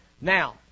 Now